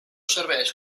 serveix